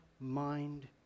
mind